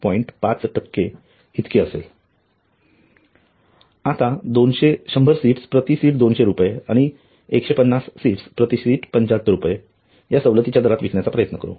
उत्पन्न 250 × 75 250 × 200 37 आता 100 सीट्स प्रति सीट २०० रुपये आणि १५० सीट्स प्रति सीट ७५ रुपये या सवलतीच्या दरात विकण्याचा प्रयत्न करू